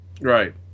right